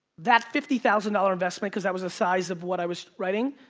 that fifty thousand dollars investment, because that was the size of what i was writing,